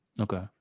Okay